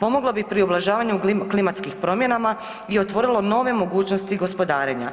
pomoglo bi pri ublažavanju klimatskih promjena i otvorilo nove mogućnosti gospodarenja.